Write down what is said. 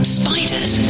spiders